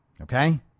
Okay